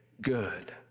good